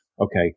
okay